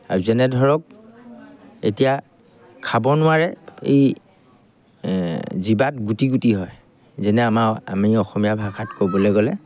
আৰু যেনে ধৰক এতিয়া খাব নোৱাৰে এই জিভাত গুটি গুটি হয় যেনে আমাৰ আমি অসমীয়া ভাষাত ক'বলৈ গ'লে